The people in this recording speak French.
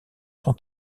son